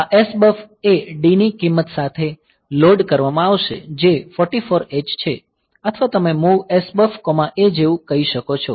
આ SBUF એ d ની કિંમત સાથે લોડ કરવામાં આવશે જે 44 h છે અથવા તમે MOV SBUFA જેવું કહી શકો છો